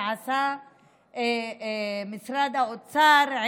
שעשה משרד האוצר,